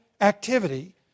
activity